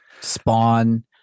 Spawn